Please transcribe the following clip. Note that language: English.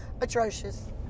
atrocious